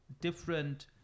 different